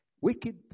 Wicked